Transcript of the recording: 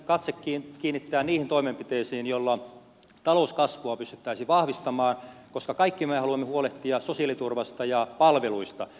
nyt pitäisi katse kiinnittää niihin toimenpiteisiin joilla talouskasvua pystyttäisiin vahvistamaan koska kaikki me haluamme huolehtia sosiaaliturvasta ja palveluista